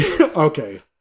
Okay